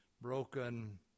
broken